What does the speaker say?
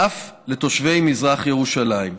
אף לתושבי מזרח ירושלים.